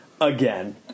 again